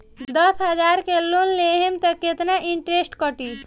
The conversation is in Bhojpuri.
दस हजार के लोन लेहम त कितना इनट्रेस कटी?